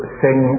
sing